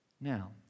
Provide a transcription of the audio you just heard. Now